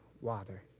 water